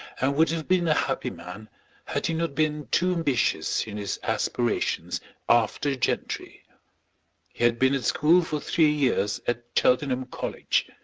and would have been a happy man had he not been too ambitious in his aspirations after gentry. he had been at school for three years at cheltenham college,